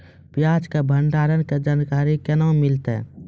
प्याज के भंडारण के जानकारी केना मिलतै?